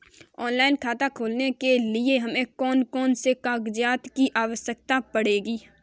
Online खाता खोलने के लिए हमें कौन कौन से कागजात की आवश्यकता पड़ेगी?